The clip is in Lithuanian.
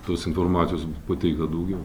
tos informacijos bus pateikta daugiau